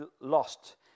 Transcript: lost